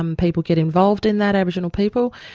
um people get involved in that, aboriginal people,